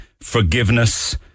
forgiveness